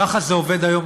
ככה זה עובד היום,